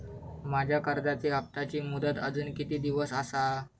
माझ्या कर्जाचा हप्ताची मुदत अजून किती दिवस असा?